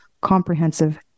comprehensive